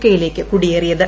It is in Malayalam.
കെ യിലേക്ക് കുടിയേറിയത്